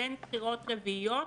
בין בחירות רביעיות